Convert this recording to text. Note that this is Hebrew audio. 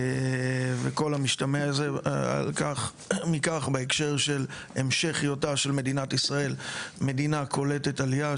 וכל המשתמע מכך בהקשר של המשך היותה של מדינת ישראל מדינה קולטת עלייה,